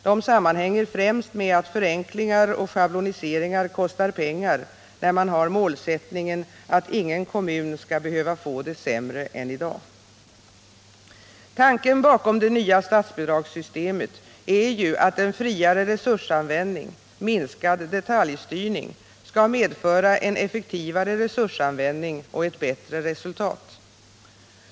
De sammanhänger främst med att förenklingar och schabloniseringar kostar pengar, då man har målsättningen att ingen kommun skall behöva få det sämre än i dag. Tanken bakom det nya statsbidragssystemet är ju att en friare resursanvändning — minskad detaljstyrning — skall medföra en effektivare resursanvändning och ett bättre resultat.